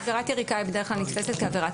עבירת יריקה בדרך כלל נתפסת כעבירת